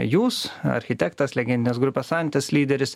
jūs architektas legendinės grupės antis lyderis